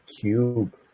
Cube